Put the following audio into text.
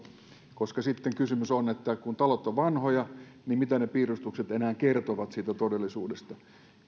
koska kysymys on siitä että kun talot ovat vanhoja niin mitä ne piirustukset enää kertovat siitä todellisuudesta